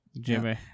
Jimmy